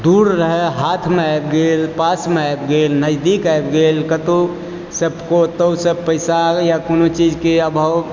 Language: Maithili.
दूर रहे हाथ मे आबि गेल पास मे आबि गेल नजदीक आबि गेल कत्तौ सऽ पैसा आबैया कोनो चीज के अभाव